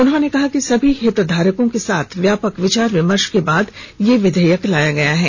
उन्होंने कहा कि सभी हितधारकों के साथ व्यापक विचार विमर्श के बाद यह विधेयक लाया गया है